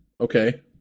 Okay